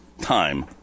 time